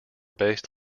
based